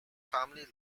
family